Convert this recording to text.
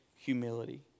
Humility